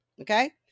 okay